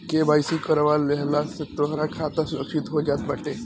KYC करवा लेहला से तोहार खाता सुरक्षित हो जात बाटे